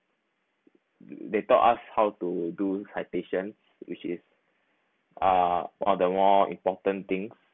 they taught us how to do citation which is uh all the more important things